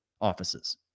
offices